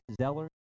Zeller